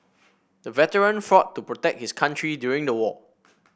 the veteran fought to protect his country during the war